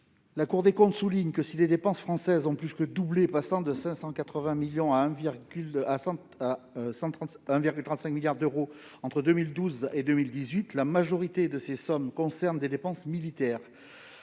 la Cour des comptes souligne que, si les dépenses françaises ont plus que doublé entre 2012 et 2018, passant de 580 millions à 1,35 milliard d'euros, la majorité de ces sommes concernent des dépenses militaires.